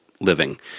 living